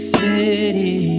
city